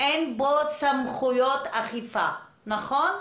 אין בו סמכויות אכיפה, נכון?